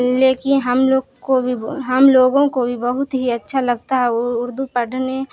لیکن ہم لوگ کو بھی بو ہم لوگوں کو بھی بہت ہی اچھا لگتا ہے اردو پڑھنے